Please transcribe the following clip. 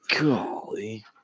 Golly